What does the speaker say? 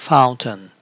Fountain